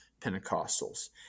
Pentecostals